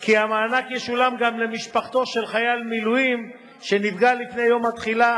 כי המענק ישולם גם למשפחתו של חייל מילואים שנפגע לפני יום התחילה,